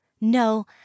No